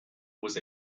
was